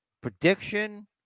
Prediction